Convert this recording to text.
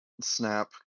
snap